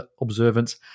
observance